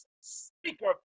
speaker